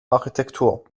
architektur